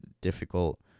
difficult